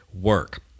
work